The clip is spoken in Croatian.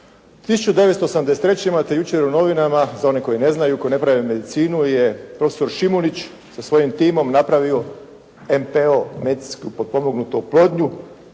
1983. imate jučer u novinama, za one koji ne znaju, koji ne prate medicinu je profesor Šimunić sa svojim timom napravio MPO, medicinsku potpomognutu oplodnju,